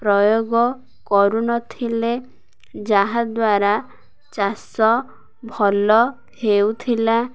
ପ୍ରୟୋଗ କରୁନଥିଲେ ଯାହାଦ୍ୱାରା ଚାଷ ଭଲ ହେଉଥିଲା